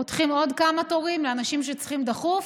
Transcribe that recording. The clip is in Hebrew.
פותחים עוד כמה תורים לאנשים שצריכים דחוף,